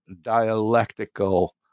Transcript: dialectical